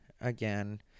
again